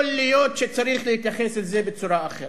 יכול להיות שצריך להתייחס אל זה בצורה אחרת.